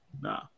Nah